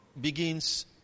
begins